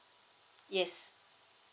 yes